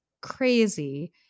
Crazy